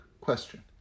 question